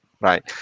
right